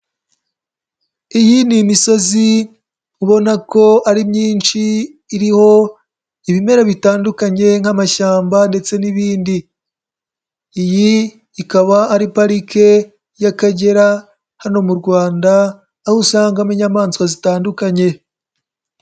Iyi ni imisozi ubona ko ari myinshi iriho ibimera bitandukanye nk'amashyamba ndetse n'ibindi, iyi ikaba ari Aarike y'akagera hano mu Rwanda aho usangamo inyamaswa zitandukanye.